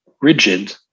rigid